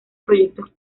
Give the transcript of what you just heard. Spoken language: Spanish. proyectos